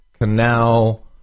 Canal